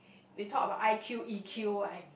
we talk about I_Q E_Q one